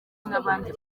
n’abandi